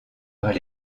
par